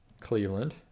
Cleveland